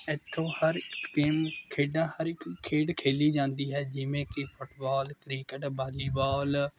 ਇੱਥੋਂ ਹਰ ਇੱਕ ਗੇਮ ਖੇਡਾਂ ਹਰ ਇਕ ਖੇਡ ਖੇਲੀ ਜਾਂਦੀ ਹੈ ਜਿਵੇਂ ਕਿ ਫੁੱਟਬੋਲ ਕ੍ਰਿਕਟ ਵਾਲੀਬੋਲ